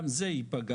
גם זה ייפגע.